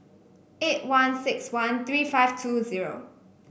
eight one six one three five two zero